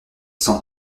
cent